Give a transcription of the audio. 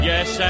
Yes